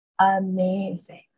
amazing